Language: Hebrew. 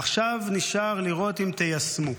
עכשיו נשאר לראות אם תיישמו.